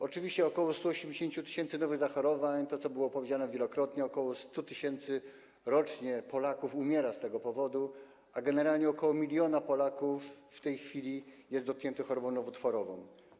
Oczywiście ok. 180 tys. nowych zachorowań, to było powiedziane wielokrotnie, ok. 100 tys. rocznie Polaków umiera z tego powodu, a generalnie ok. 1 mln Polaków w tej chwili jest dotkniętych chorobą nowotworową.